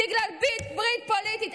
בגלל ברית פוליטית,